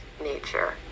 nature